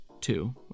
two